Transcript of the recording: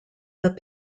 that